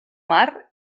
mar